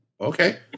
okay